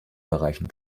bereichen